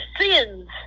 sins